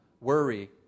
worry